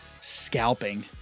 scalping